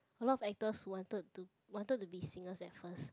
a lot of actors wanted to wanted to be singers at first